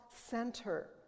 center